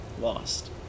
lost